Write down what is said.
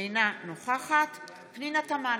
אינה נוכחת פנינה תמנו,